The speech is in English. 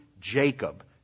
Jacob